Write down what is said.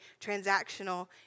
transactional